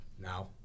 now